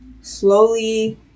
Slowly